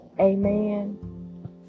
Amen